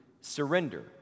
surrender